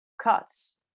cuts